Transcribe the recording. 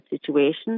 situation